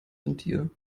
ventil